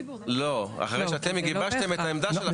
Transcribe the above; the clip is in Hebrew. לא, אחרי שאתם גיבשתם את העמדה שלכם.